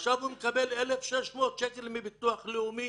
עכשיו הוא מקבל 1,600 שקל מביטוח לאומי,